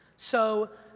so,